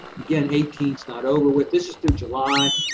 again, eighteen is not over with. this is through july,